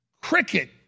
cricket